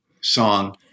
song